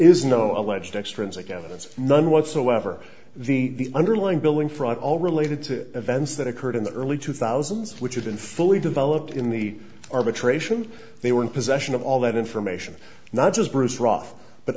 no alleged extrinsic evidence none whatsoever the underlying billing fraud all related to events that occurred in the early two thousand which had been fully developed in the arbitration they were in possession of all that information not just bruce roth but